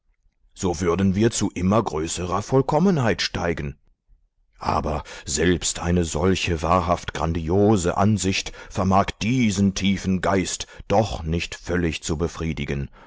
so würden wir zu immer größerer vollkommenheit steigen aber selbst eine solche wahrhaft grandiose ansicht vermag diesen tiefen geist doch nicht völlig zu befriedigen